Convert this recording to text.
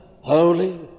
holy